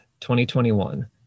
2021